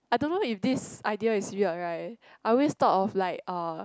I don't know if this idea is weird right I always thought of like uh